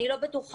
אני לא בטוחה